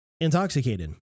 intoxicated